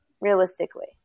realistically